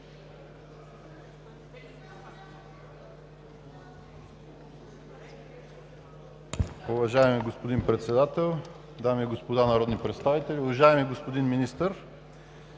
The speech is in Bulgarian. Уважаеми господин Председател, дами и господа народни представители, уважаеми господин Министър!